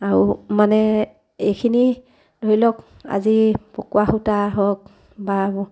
আৰু মানে এইখিনি ধৰি লওক আজি পকুৱা সূতা হওক বা